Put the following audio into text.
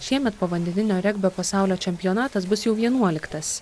šiemet povandeninio regbio pasaulio čempionatas bus jau vienuoliktas